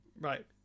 Right